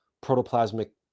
protoplasmic